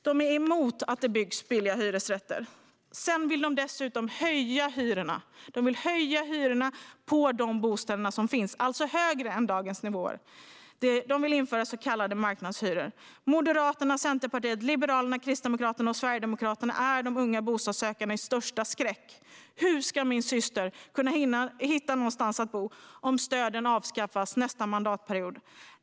De är emot att det byggs billiga hyresrätter. Sedan vill de dessutom höja hyrorna för de bostäder som finns till nivåer som är högre än dagens. De vill införa så kallade marknadshyror. Moderaterna, Centerpartiet, Liberalerna, Kristdemokraterna och Sverigedemokraterna är de unga bostadssökandes största skräck. Hur ska min syster kunna hitta någonstans att bo om stöden avskaffas nästa mandatperiod?